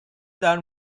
down